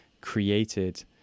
created